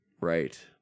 Right